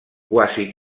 quasi